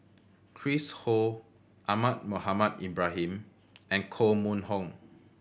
Chris Ho Ahmad Mohamed Ibrahim and Koh Mun Hong